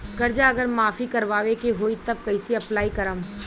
कर्जा अगर माफी करवावे के होई तब कैसे अप्लाई करम?